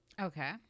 Okay